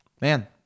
man